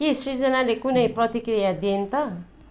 के सृजनाले कुनै प्रतिक्रिया दिइन् त